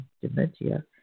dementia